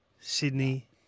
Sydney